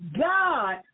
God